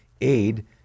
aid